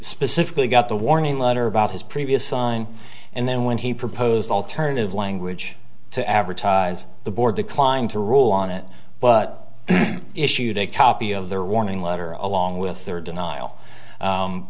specifically got the warning letter about his previous sign and then when he proposed alternative language to advertise the board declined to rule on it but issued a copy of their warning letter along with third denial